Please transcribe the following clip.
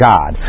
God